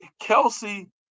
Kelsey